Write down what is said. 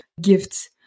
gifts